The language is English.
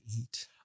eat